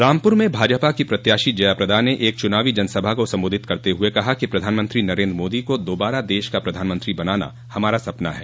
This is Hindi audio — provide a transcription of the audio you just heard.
रामपुर में भाजपा की प्रत्याशी जया प्रदा ने एक चुनावी जनसभा को संबोधित करते हुए कहा कि प्रधानमंत्री नरेन्द्र मोदी को दोबारा देश का प्रधानमंत्री बनाना हमारा सपना है